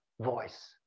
voice